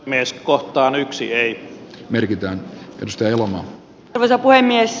mies kohtaa yksi ei merkitä yhdistelmä arvoisa puhemies